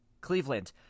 Cleveland